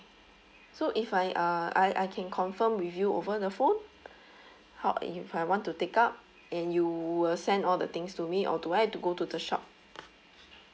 so if I uh I I can confirm with you over the phone how if I want to take up and you will send all the things to me or do I have to go to the shop